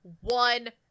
one